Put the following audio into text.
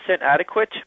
adequate